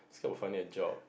it's not a funny joke